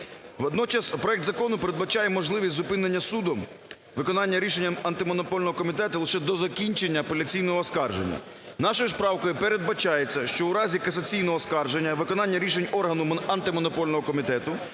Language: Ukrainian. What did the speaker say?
Водночас проект закону передбачає можливість зупинення судом виконання рішення Антимонопольного комітету лише до закінчення апеляційного оскарження. Нашою ж правкою передбачається, що у разі касаційного оскарження виконання рішень органу Антимонопольного комітету